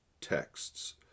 texts